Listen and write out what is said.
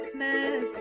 man